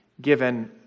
given